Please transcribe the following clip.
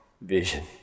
vision